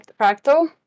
Fractal